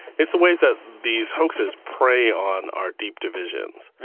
it's the ways that these hoaxes prey on our deep divisions,